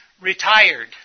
retired